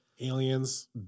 aliens